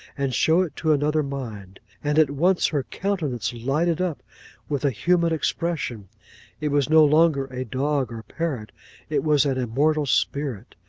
and show it to another mind and at once her countenance lighted up with a human expression it was no longer a dog, or parrot it was an immortal spirit,